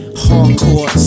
Hardcore